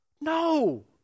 No